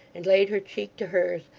and laid her cheek to hers,